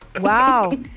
Wow